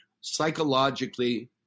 Psychologically